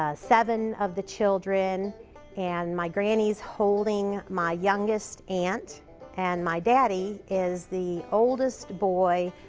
ah seven of the children and my granny's holding my youngest aunt and my daddy is the oldest boy,